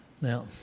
Now